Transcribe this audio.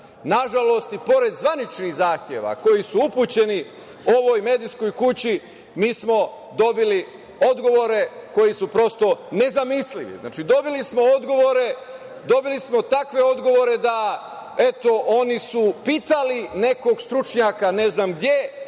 nažalost i pored zvaničnih zahteva koji su upućeni ovoj medijskoj kući, mi smo dobili odgovore koji su prosto ne zamislivi. Znači, dobili smo takve odgovore da eto oni su pitali nekog stručnjaka, ne znam gde